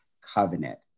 covenant